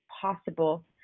possible